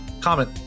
comment